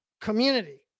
community